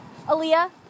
Aaliyah